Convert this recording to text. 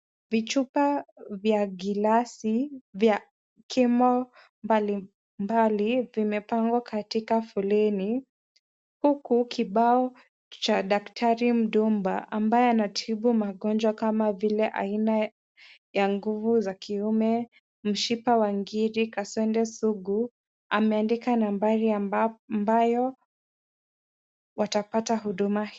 Vichupa vya gilasi, vya kimo mbali mbali, vimepangwa katika foleni. Huku kibao cha daktari Mdumba, ambaye anatibu magonjwa kama vile aina ya nguvu za kiume, mshipa wa ngiri, kaswende sugu. Ameandika nambari ambayo watapata huduma hizi.